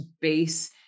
base